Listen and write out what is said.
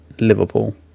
Liverpool